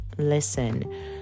listen